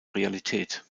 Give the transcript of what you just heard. realität